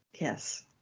yes